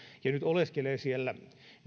ja nyt oleskelee siellä